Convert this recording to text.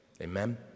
Amen